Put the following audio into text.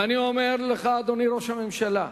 ואני אומר לך, אדוני ראש הממשלה,